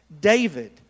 David